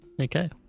Okay